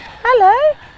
Hello